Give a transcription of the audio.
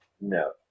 No